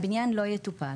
אבל הבניין לא יטופל.